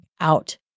out